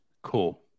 cool